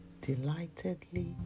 delightedly